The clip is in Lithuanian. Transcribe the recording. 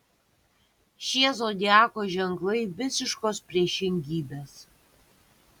šie zodiako ženklai visiškos priešingybės